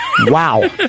Wow